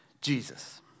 Jesus